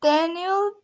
Daniel